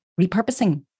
repurposing